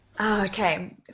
okay